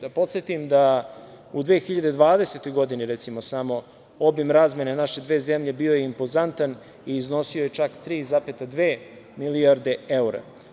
Da podsetim da u 2020. godini, recimo, samo obim razmene naše dve zemlje bio je impozantan i iznosio je čak 3,2 milijarde evra.